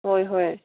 ꯍꯣꯏ ꯍꯣꯏ